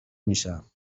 میشم